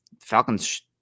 Falcons